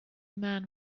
man